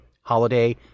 Holiday